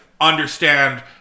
understand